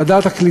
ועדת העלייה,